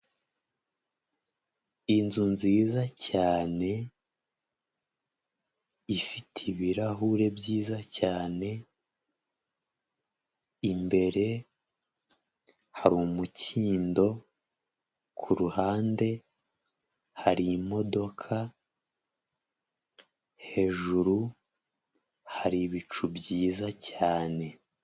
Inzu nziza cyane ifite ibirahure byiza cyane, imbere hari umukindo, ku ruhande hari imodoka, hejuru hari ibicu byiza cyane.